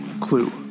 Clue